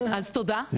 אז תודה,